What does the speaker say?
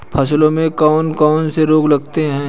फसलों में कौन कौन से रोग लगते हैं?